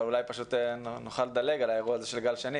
אבל נקווה שנדלג על האירוע של גל שני,